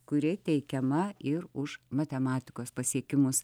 kuri teikiama ir už matematikos pasiekimus